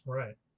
right